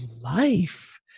life